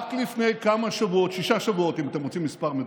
חבר הכנסת חמד עמאר,